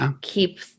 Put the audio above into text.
keep